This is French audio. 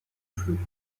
floues